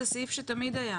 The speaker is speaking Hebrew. זה סעיף שתמיד היה.